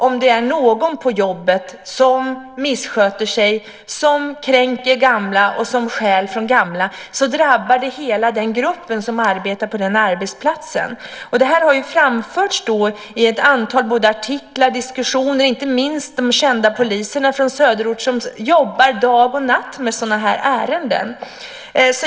Om det är någon på jobbet som missköter sig, som kränker gamla och som stjäl från gamla så drabbar det hela den grupp som arbetar på den arbetsplatsen. Det här har framförts i ett antal artiklar och diskussioner, inte minst de kända poliserna från Söderort som jobbar dag och natt med sådana här ärenden.